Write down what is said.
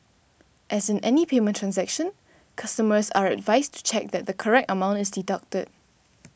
as in any payment transaction customers are advised to check that the correct amount is deducted